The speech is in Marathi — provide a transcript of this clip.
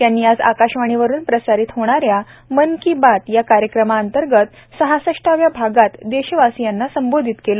त्यांनी आज आकाशवाणी वरुण प्रसारित होणाऱ्या मन की बात कार्यक्रमांतर्गत सहासष्टाव्या भागात देशवासीयांना संबोधित केलं